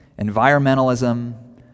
environmentalism